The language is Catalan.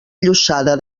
llossada